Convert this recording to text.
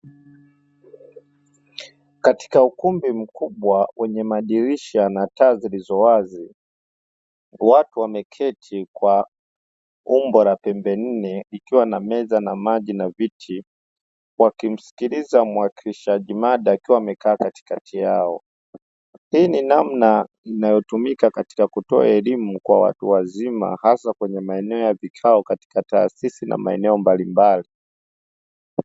Katika ukumbi mkubwa wenye madirisha na taa zilizo wazi, watu wameketi kwa umbo la pembe nne; kukiwa na meza na maji na viti, wakimsikiliza mwakilishaji mada akiwa amekaa katikati yao. Hii ni namna inayotumika katika kutoa elimu kwa watu wazima hasa kwenye maeneo ya vikao katika taasisi na maeneo mbalimbali.